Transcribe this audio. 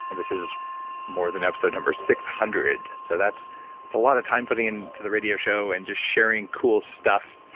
and this is more than episode number six hundred, so that's a lot of time putting into the radio show and just sharing cool stuff.